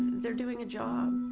they're doing a job.